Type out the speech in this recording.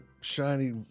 shiny